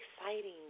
exciting